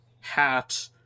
hat